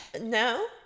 No